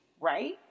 Right